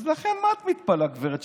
לכן מה את מתפלאת, גב' שקד?